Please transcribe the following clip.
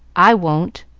i won't.